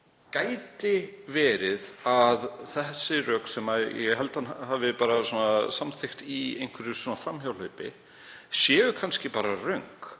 Gæti verið að þessi rök, sem ég held að hann hafi bara samþykkt í einhverju framhjáhlaupi, séu kannski bara röng,